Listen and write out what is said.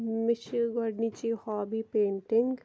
مےٚ چھِ گۄڈنِچی ہابی پینٛٹِنٛگ